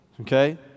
Okay